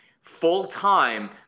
full-time